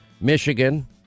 Michigan